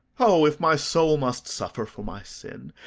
o, if my soul must suffer for my sin,